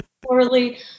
poorly